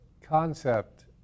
concept